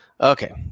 Okay